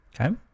Okay